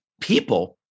people